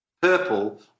purple